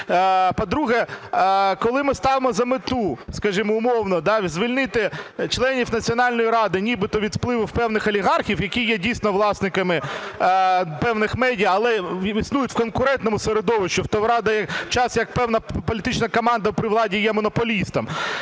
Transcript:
По-друге, коли ми ставимо за мету, скажімо, умовно звільнити членів Національної ради нібито від впливу певних олігархів, які є дійсно власниками певних медіа, але існують в конкурентному середовищі, у той час, як певна політична команда при владі є монополістом,